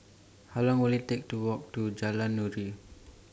How Long Will IT Take to Walk to Jalan Nuri